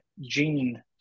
Gene